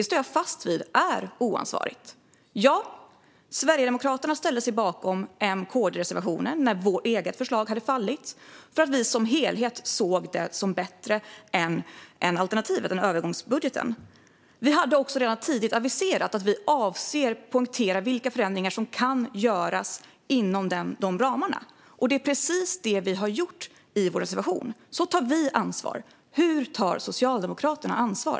står jag fast vid är oansvarigt. Ja, vi i Sverigedemokraterna ställde oss bakom M-KD-reservationen när vårt eget förslag föll därför att vi som helhet såg det som bättre än alternativet, övergångsbudgeten. Vi hade redan tidigt aviserat att vi avsåg att poängtera vilka förändringar som kan göras inom ramarna. Det är precis detta vi har gjort i vår reservation. Så tar vi ansvar. Hur tar Socialdemokraterna ansvar?